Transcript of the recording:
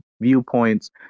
viewpoints